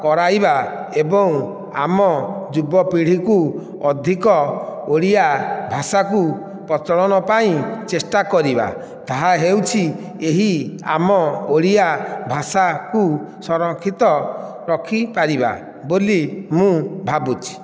କରାଇବା ଏବଂ ଆମ ଯୁବପିଢ଼ିକୁ ଅଧିକ ଓଡ଼ିଆ ଭାଷାକୁ ପ୍ରଚଳନ ପାଇଁ ଚେଷ୍ଟା କରିବା ତାହା ହେଉଛି ଏହି ଆମ ଓଡ଼ିଆ ଭାଷାକୁ ସଂରକ୍ଷିତ ରଖିପାରିବା ବୋଲି ମୁଁ ଭାବୁଛି